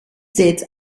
setzt